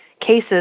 cases